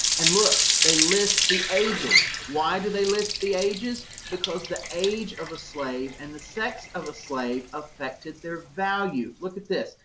and look, they list the ages. why do they list the ages? because the age of a slave and the sex of a slave affected their value. look at this.